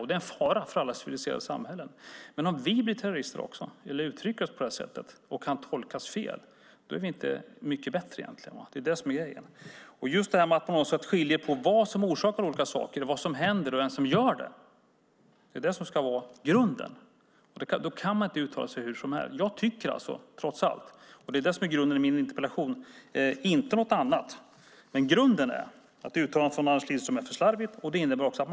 Det är en fara för alla civiliserade samhällen. Men om vi blir terrorister eller uttrycker oss på det här sättet och kan tolkas fel är vi egentligen inte mycket bättre. Det är det som är grejen. Det handlar om att man på något sätt skiljer på vad som har orsakat olika saker och vad som händer och vem som gör det. Det är det som ska vara grunden. Då kan man inte uttala sig hur som helst. Jag tycker trots allt att uttalandet från Anders Lindström är för slarvigt. Det är det som är grunden i min interpellation, inte något annat.